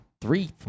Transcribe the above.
Three